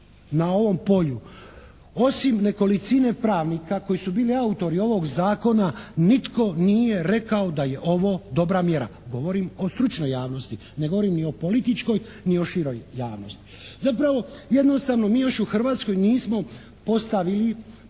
na ovom polju, osim nekolicine pravnika koji su bili autori ovog zakona nitko nije rekao da je ovo dobra mjera. Govorim o stručnoj javnosti, ne govorim ni o političkoj ni o široj javnosti. Zapravo jednostavno mi još u Hrvatskoj nismo postavili